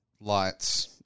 Lights